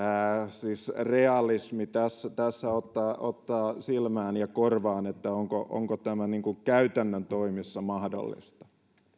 siis realismi tässä tässä ottaa ottaa silmään ja korvaan onko tämä niin kuin käytännön toimissa mahdollista